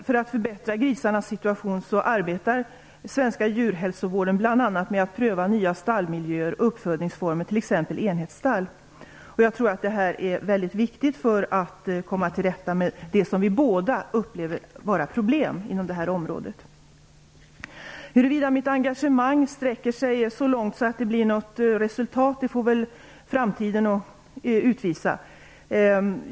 För att förbättra grisarnas situation arbetar Svenska djurhälsovården bl.a. med att pröva nya stallmiljöer och uppfödningsformer, t.ex. enhetsstall. Jag tror att det är mycket viktigt för att man skall komma till rätta med det som vi båda upplever som problem inom detta område. Huruvida mitt engagemang sträcker sig så långt att det blir något resultat får framtiden utvisa.